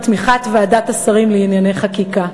את תמיכת ועדת השרים לענייני חקיקה.